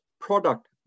product